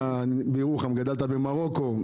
אתה מירוחם, גדלת במרוקו.